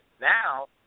Now